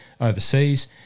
overseas